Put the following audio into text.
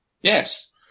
Yes